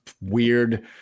weird